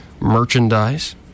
merchandise